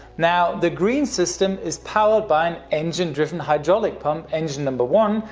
now, the green system is powered by an engine driven hydraulic pump, engine number one,